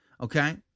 Okay